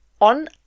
on